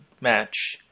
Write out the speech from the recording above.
match